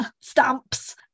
stamps